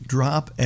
Drop